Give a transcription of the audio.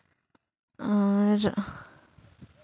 ᱟᱨ